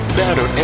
better